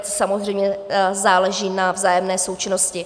Samozřejmě záleží na vzájemné součinnosti.